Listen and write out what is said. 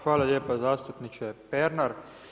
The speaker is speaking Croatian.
Hvala lijepa zastupniče Pernar.